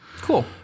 Cool